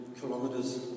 kilometers